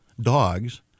dogs